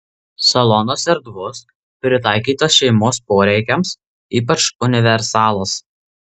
salonas erdvus pritaikytas šeimos poreikiams ypač universalas